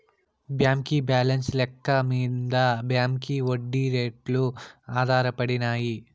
బాంకీ బాలెన్స్ లెక్క మింద బాంకీ ఒడ్డీ రేట్లు ఆధారపడినాయి